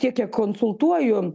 tiek kiek konsultuoju